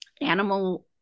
animal